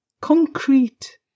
concrete